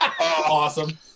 Awesome